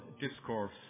discourse